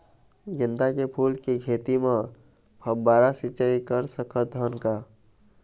गेंदा फूल के खेती म फव्वारा सिचाई कर सकत हन का?